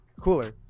Cooler